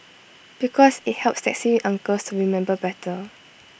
because IT helps taxi uncles to remember better